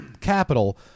capital